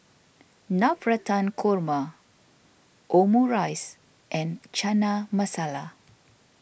Navratan Korma Omurice and Chana Masala